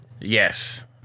Yes